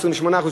28%,